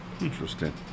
interesting